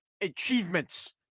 achievements